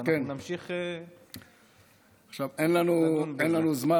נמשיך, טוב, אין לנו זמן.